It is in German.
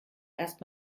erst